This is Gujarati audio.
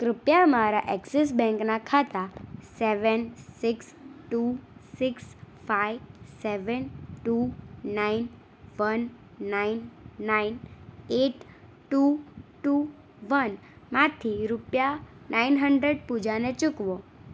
કૃપયા મારા એક્ષિસ બેંકના ખાતા seven six two six five seven two nine one nine nine eight two two વનમાંથી રૂપિયા નાઈન હન્ડ્રેડ પૂજાને ચૂકવો